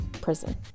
Prison